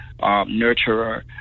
nurturer